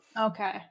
Okay